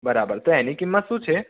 બરાબર તો એની કિંમત શું છે